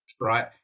right